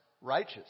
righteous